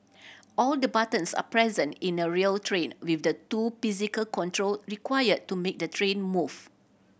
all the buttons are present in a real train with the two physical control require to make the train move